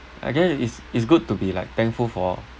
I guess it's it's good to be like thankful for